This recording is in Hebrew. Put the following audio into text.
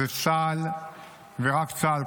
זה צה"ל ורק צה"ל,